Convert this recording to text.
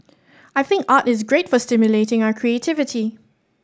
I think art is great for stimulating our creativity